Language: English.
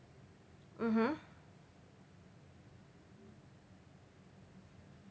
mmhmm